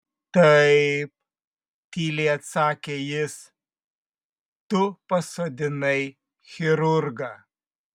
taip tyliai atsakė jis tu pasodinai chirurgą